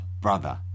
brother